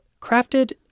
crafted